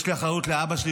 יש לי אחריות לאבא שלי,